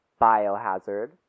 biohazard